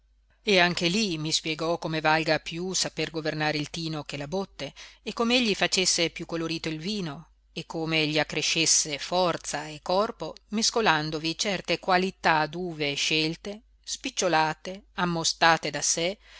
e anche lí mi spiegò come valga piú saper governare il tino che la botte e com'egli facesse piú colorito il vino e come gli accrescesse forza e corpo mescolandovi certe qualità d'uve scelte spicciolate ammostate da sé